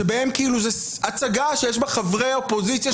שבהם כאילו זה הצגה שיש בה חברי אופוזיציה,